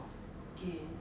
oh really